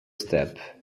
step